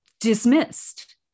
dismissed